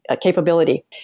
capability